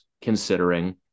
considering